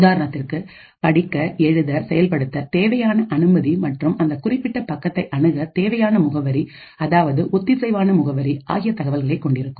உதாரணத்திற்கு படிக்கஎழுதசெயல்படுத்தReadWriteExecute தேவையான அனுமதி மற்றும் அந்த குறிப்பிட்ட பக்கத்தை அணுக தேவையான முகவரி அதாவது ஒத்திசைவான முகவரி ஆகிய தகவல்களை கொண்டிருக்கும்